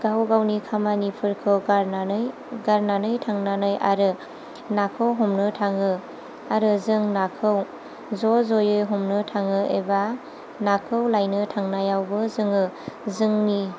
गाव गावनि खामानिफोरखौ गारनानै गारनानै थांनानै आरो नाखौ हमनो थाङो आरो जों नाखौ ज' जयै हमनो थाङो एबा नाखौ लायनो थांनायावबो जोङो जोंनि